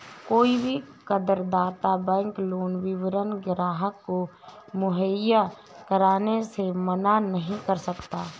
कोई भी करदाता बैंक लोन विवरण ग्राहक को मुहैया कराने से मना नहीं कर सकता है